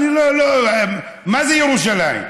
אני לא, לא, מה זה ירושלים?